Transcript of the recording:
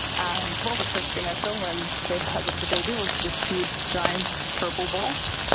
and well, the first thing i saw when they looked the baby was just two giant purple balls.